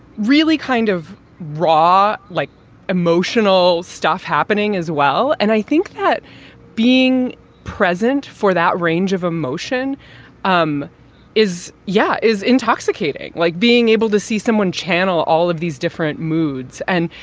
really kind of raw, like emotional stuff happening as well. and i think that being present for that range of emotion um is. yeah, is intoxicating. like being able to see someone channel all of these different moods. and,